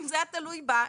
לו זה היה תלוי בה,